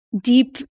deep